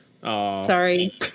Sorry